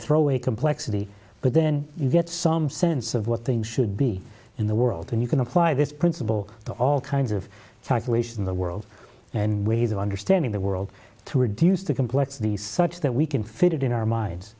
throw away complexity but then you get some sense of what things should be in the world and you can apply this principle to all kinds of calculation in the world and ways of understanding the world to reduce the complexity such that we can fit it in our minds